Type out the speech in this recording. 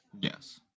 Yes